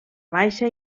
baixa